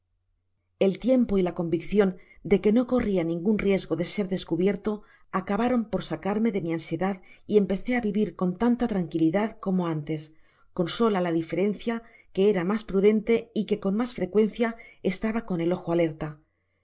el tiempo y la conviccion de que no corria ningun riesgo de ser dascubierto acabaron por sacarme de m ansiedad y empecé á vivir con tanta tranquilidad como antes con sola la diferencia que era mas prudente y que con mas frecuencia estaba con el ojo alerta